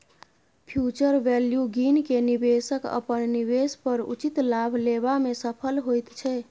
future value गिन केँ निबेशक अपन निबेश पर उचित लाभ लेबा मे सफल होइत छै